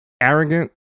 arrogant